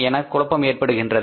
என குழப்பம் ஏற்படுகின்றது